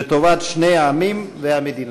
לטובת שני העמים והמדינות.